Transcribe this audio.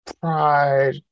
Pride